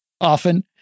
often